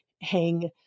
hang